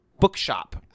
Bookshop